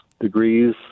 degrees